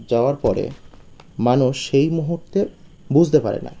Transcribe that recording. যাওয়ার পরে মানুষ সেই মুহূর্তে বুঝতে পারে না